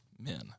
men